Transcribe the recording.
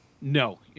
No